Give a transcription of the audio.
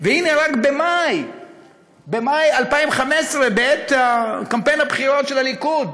והנה, רק במאי 2015, בקמפיין הבחירות של הליכוד,